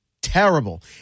terrible